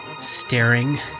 staring